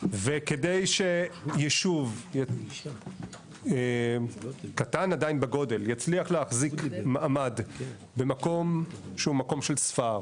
וכדי שישוב קטן עדיין בגודל יצליח להחזיק מעמד במקום שהוא מקום של ספר,